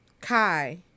Kai